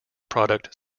product